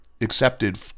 accepted